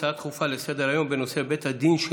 הצעות דחופות לסדר-היום בנושא: בית הדין של